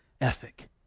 ethic